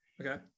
Okay